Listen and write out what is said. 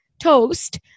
toast